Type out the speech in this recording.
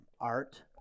art